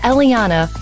Eliana